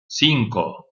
cinco